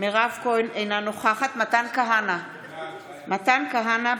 אינה נוכחת מתן כהנא, בעד